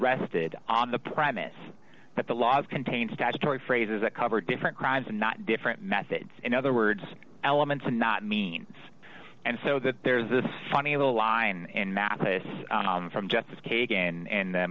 rested on the premise that the laws contained statutory phrases that cover different crimes and not different methods in other words elements and not means and so that there's this funny little line and mathis from justice kagan and th